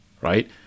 right